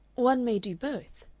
one may do both,